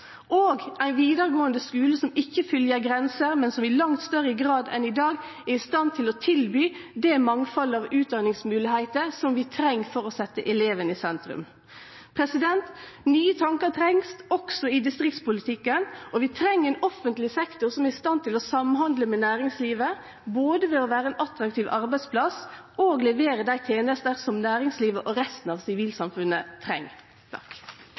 og ein vidaregåande skule som ikkje følgjer grenser, men som i langt større grad enn i dag er i stand til å tilby det mangfaldet av utdanningsmoglegheiter som vi treng for å setje eleven i sentrum. Nye tankar trengst, også i distriktspolitikken, og vi treng ein offentleg sektor som er i stand til å samhandle med næringslivet, både ved å vere ein attraktiv arbeidsplass og ved å levere dei tenester som næringslivet og resten av sivilsamfunnet treng.